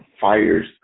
fires